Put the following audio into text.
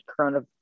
coronavirus